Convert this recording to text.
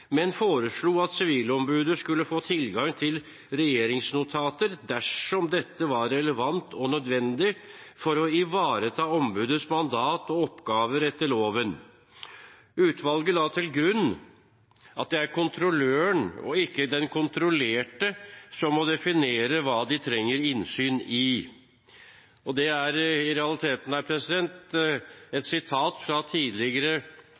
men foreslo at Sivilombudet skulle få tilgang til regjeringsnotater dersom dette var relevant og nødvendig for å ivareta ombudets mandat og oppgaver etter loven. Utvalget la til grunn at det er kontrolløren og ikke den kontrollerte som må definere hva den trenger innsyn i. Det er i realiteten et sitat fra tidligere